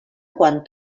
quan